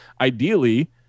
ideally